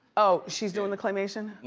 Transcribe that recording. oh, she's doing the claimation?